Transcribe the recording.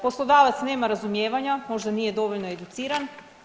Poslodavac nema razumijevanja, možda nije dovoljno educirati.